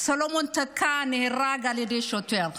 סלומון טקה נהרג על ידי שוטר.